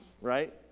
Right